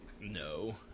No